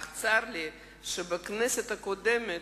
צר לי שבכנסת הקודמת,